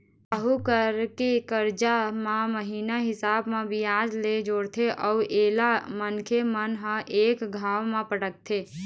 साहूकार के करजा म महिना हिसाब म बियाज ल जोड़थे अउ एला मनखे मन ह एक घांव म पटाथें